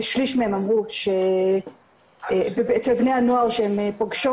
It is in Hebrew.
כשליש מהן אמרו שאצל בני הנוער שהן פוגשות